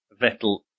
Vettel